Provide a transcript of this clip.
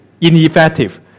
ineffective